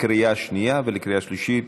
בקריאה שנייה ולקריאה שלישית.